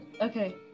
okay